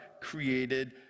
created